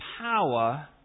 power